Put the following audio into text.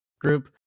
group